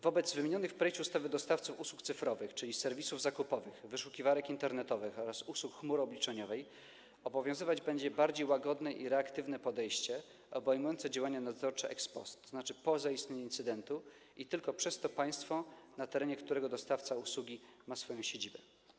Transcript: Wobec wymienionych w projekcie ustawy dostawców usług cyfrowych, czyli serwisów zakupowych, wyszukiwarek internetowych oraz usług chmury obliczeniowej, obowiązywać będzie bardziej łagodne i reaktywne podejście obejmujące działania nadzorcze ex post, tzn. po zaistnieniu incydentu, i to tylko przez to państwo, na terenie którego dostawca usługi ma swoją siedzibę.